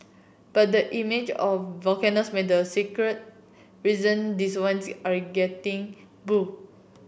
but the image of volcanoes may the secret reason these wines are getting bu